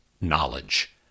knowledge